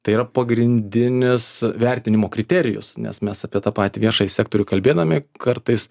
tai yra pagrindinis vertinimo kriterijus nes mes apie tą patį viešąjį sektorių kalbėdami kartais